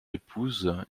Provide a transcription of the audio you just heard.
épouse